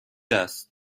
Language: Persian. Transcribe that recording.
است